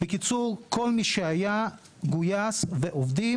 בקיצור, כל מי שהיה גויס ועובד.